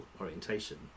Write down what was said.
orientation